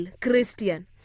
Christian